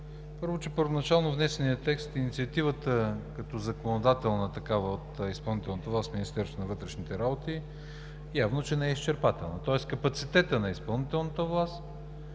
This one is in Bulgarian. Първо, че първоначално внесеният текст – инициативата като законодателна такава от изпълнителната власт в Министерство на вътрешните работи явно, че не е изчерпателна, тоест капацитетът на изпълнителната власт,